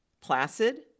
placid